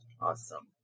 Awesome